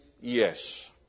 yes